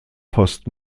post